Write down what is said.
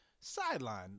sideline